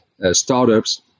startups